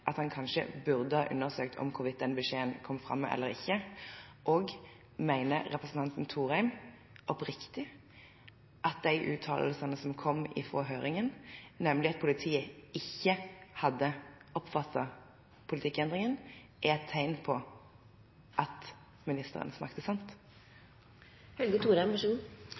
hvorvidt den beskjeden kom fram eller ikke? Og mener representanten Thorheim oppriktig at de uttalelsene som kom fra høringen, nemlig at politiet ikke hadde oppfattet politikkendringen, er et tegn på at ministeren snakket sant?